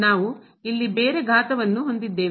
ನಾವು ಇಲ್ಲಿ ಬೇರೆ ಘಾತವನ್ನು ಹೊಂದಿದ್ದೇವೆ